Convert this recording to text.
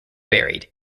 buried